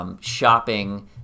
shopping